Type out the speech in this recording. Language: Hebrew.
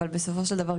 אבל בסופו של דבר,